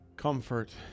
Comfort